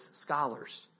scholars